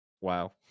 Wow